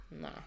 Nah